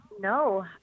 No